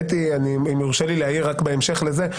אם יורשה לי להעיר רק בהמשך לזה.